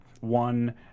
One